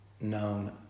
known